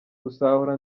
gusahura